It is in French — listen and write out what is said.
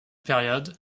période